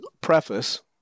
preface